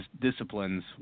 disciplines